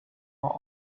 are